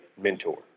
mentor